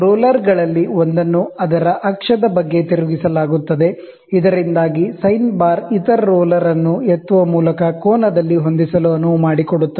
ರೋಲರ್ಗಳಲ್ಲಿ ಒಂದನ್ನು ಅದರ ಅಕ್ಷದ ಬಗ್ಗೆ ತಿರುಗಿಸಲಾಗುತ್ತದೆ ಇದರಿಂದಾಗಿ ಸೈನ್ ಬಾರ್ ಇತರ ರೋಲರ್ ಅನ್ನು ಎತ್ತುವ ಮೂಲಕ ಆಂಗಲ್ ದಲ್ಲಿ ಹೊಂದಿಸಲು ಅನುವು ಮಾಡಿಕೊಡುತ್ತದೆ